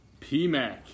PMAC